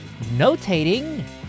notating